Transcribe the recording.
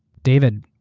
david,